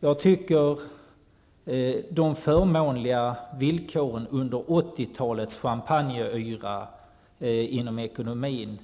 Jag tycker att de förmånliga villkoren under 80-talets champagneyra inom ekonomin